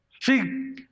See